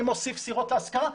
אני מוסיף סירות השכרה,